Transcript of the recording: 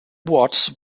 watts